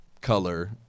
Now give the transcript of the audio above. color